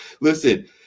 listen